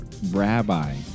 Rabbi